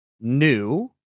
new